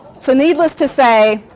so needless to say,